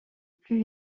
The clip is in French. plus